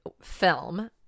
film